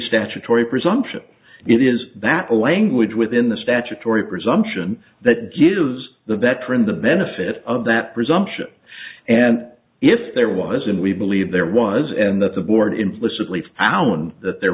statutory presumption it is that a language within the statutory presumption that gives the veteran the benefit of that presumption and if there was and we believe there was and that the board implicitly found that there